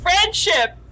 Friendship